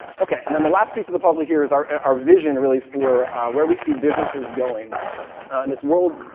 okay. and then the last piece of the puzzle here is our our vision, really, for where we see businesses going. in this world,